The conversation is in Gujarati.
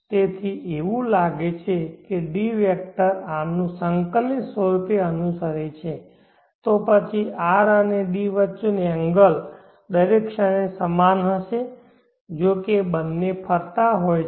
તેથી એવું લાગે છે કે d વેક્ટર R નું સંકલિત સ્વરૂપે અનુસરે છે તો પછી R અને d વચ્ચેનો એંગલ દરેક ક્ષણે સમાન હશે જોકે બંને ફરતા હોય છે